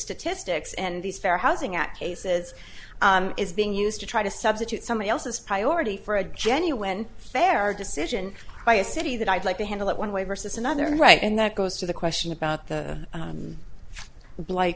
statistics and these fair housing act cases is being used to try to substitute somebody else's priority for a genuine fair decision by a city that i'd like to handle it one way versus another right and that goes to the question about the